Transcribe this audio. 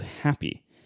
happy